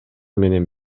менен